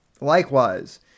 Likewise